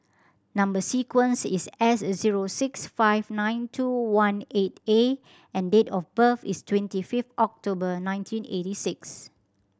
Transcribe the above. number sequence is S zero six five nine two one eight A and date of birth is twenty fifth October nineteen eighty six